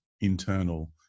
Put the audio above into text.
internal